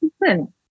listen